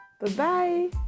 Bye-bye